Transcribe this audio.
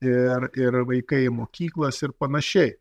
ir ir vaikai į mokyklas ir panašiai